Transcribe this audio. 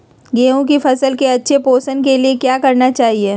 गेंहू की फसल के अच्छे पोषण के लिए क्या करना चाहिए?